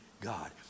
God